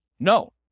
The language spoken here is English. No